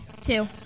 Two